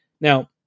Now